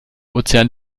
ozean